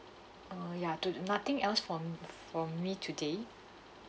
err ya to do nothing else from from me today